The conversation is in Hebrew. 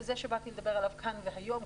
וזה שבאתי לדבר עליו כאן והיום,